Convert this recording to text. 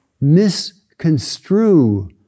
misconstrue